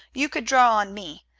you could draw on me.